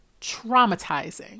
traumatizing